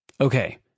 Okay